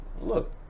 look